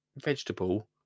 vegetable